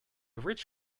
rich